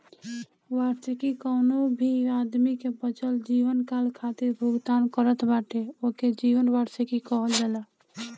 वार्षिकी कवनो भी आदमी के बचल जीवनकाल खातिर भुगतान करत बाटे ओके जीवन वार्षिकी कहल जाला